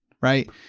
right